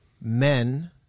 men